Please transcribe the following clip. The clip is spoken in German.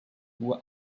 uhr